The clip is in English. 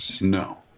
No